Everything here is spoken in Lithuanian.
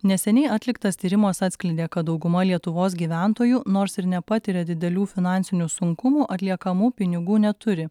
neseniai atliktas tyrimas atskleidė kad dauguma lietuvos gyventojų nors ir nepatiria didelių finansinių sunkumų atliekamų pinigų neturi